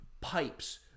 pipes